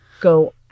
go